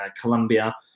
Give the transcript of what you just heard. Colombia